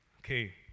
okay